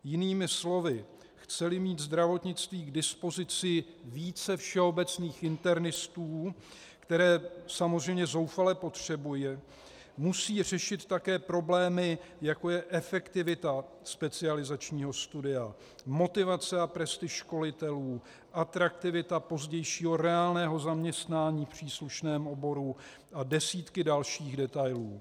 Jinými slovy, chceli mít zdravotnictví k dispozici více všeobecných internistů, které samozřejmě zoufale potřebuje, musí řešit také problémy, jako je efektivita specializačního studia, motivace a prestiž školitelů, atraktivita pozdějšího reálného zaměstnání v příslušném oboru a desítky dalších detailů.